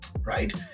Right